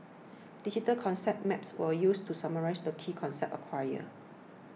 digital concept maps were used to summarise the key concepts acquired